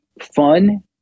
fun